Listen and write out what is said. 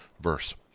verse